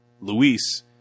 Luis